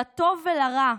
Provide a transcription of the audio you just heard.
לטוב ולרע,